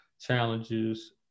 challenges